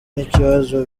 n’ikibazo